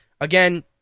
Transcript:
Again